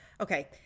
okay